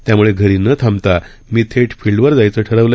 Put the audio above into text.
त्यामुळे घरी न थांबता मी थेट फिल्डवर जाण्याचे ठरवले